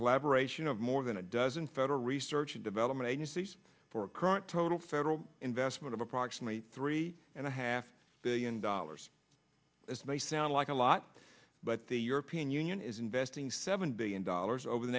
collaboration of more than a dozen federal research and development agencies for a current total federal investment of approximately three and a half billion dollars as of may sound like a lot but the european union is investing seven billion dollars over the